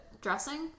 Dressing